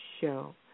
show